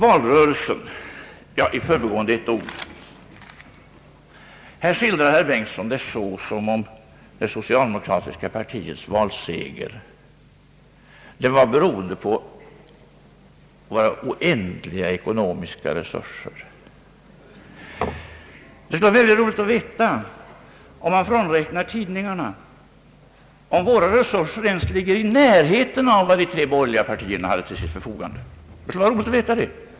Herr Bengtson skildrade det som om det socialdemokratiska partiets valseger var beroende på våra oändliga ekonomiska resurser. Det skulle vara roligt att veta om våra resurser — när man frånräknar tidningarna — ens ligger i närheten av vad de tre borgerliga partierna hade till sitt förfogande.